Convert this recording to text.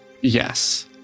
Yes